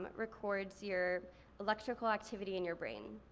but records your electrical activity in your brain.